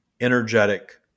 energetic